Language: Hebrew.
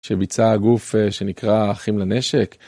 שביצע הגוף שנקרא אחים לנשק.